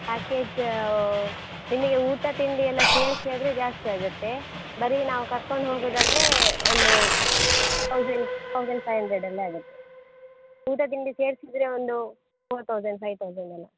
package ನಿಮಗೆ ಊಟ ತಿಂಡಿಯೆಲ್ಲ ಸೇರಿಸಿ ಆದರೆ ಜಾಸ್ತಿ ಆಗುತ್ತೆ ಬರೀ ನಾವು ಕರ್ಕೊಂಡು ಹೋಗೋದಾದರೆ ಒಂದು ತೌಸಂಡ್ ತೌಸಂಡ್ ಫೈ ಹಂಡ್ರೆಡಲ್ಲೇ ಆಗುತ್ತೆ ಊಟ ತಿಂಡಿ ಸೇರಿಸಿದ್ರೆ ಒಂದು ಫೋರ್ ತೌಸಂಡ್ ಫೈ ತೌಸಂಡ್ ಎಲ್ಲ